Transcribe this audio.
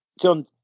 John